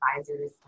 Advisors